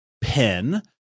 pen